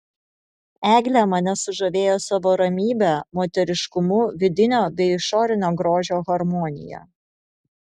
eglė mane sužavėjo savo ramybe moteriškumu vidinio bei išorinio grožio harmonija